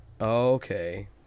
Okay